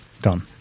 done